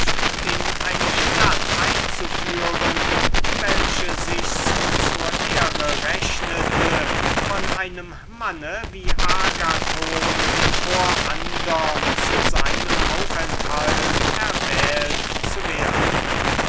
in eine stadt einzuführen welche sich's zur ehre rechnete von einem manne wie agathon vor andern zu seinem aufenthalt erwählt zu werden